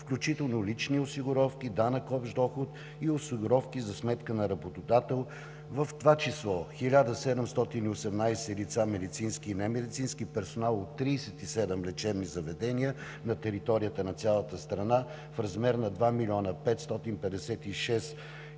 включително лични осигуровки, данък общ доход и осигуровки за сметка на работодател, в това число 1718 лица медицински и немедицински персонал от 37 лечебни заведения на територията на цялата страна в размер на 2 млн. 556 хил.